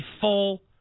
full